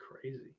crazy